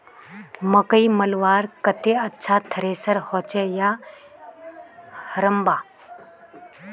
मकई मलवार केते अच्छा थरेसर होचे या हरम्बा?